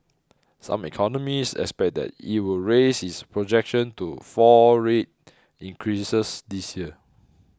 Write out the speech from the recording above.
some economists expect that it will raise its projection to four rate increases this year